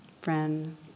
friend